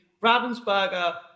Ravensburger